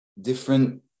different